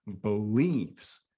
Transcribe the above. believes